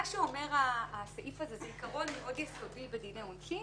מה שהסעיף הזה אומר בעיקרון הוא מאוד יסודי בדיני עונשין